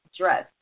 dress